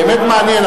באמת מעניין.